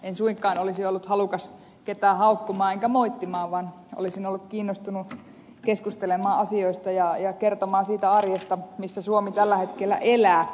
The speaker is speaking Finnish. en suinkaan olisi ollut halukas ketään haukkumaan enkä moittimaan vaan olisin ollut kiinnostunut keskustelemaan asioista ja kertomaan siitä arjesta missä suomi tällä hetkellä elää